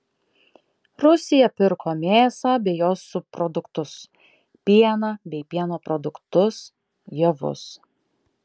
rusija pirko mėsą bei jos subproduktus pieną bei pieno produktus javus